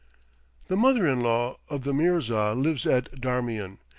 the mother-in-law of the mirza lives at darmian,